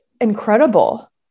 incredible